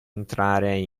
entrare